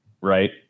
right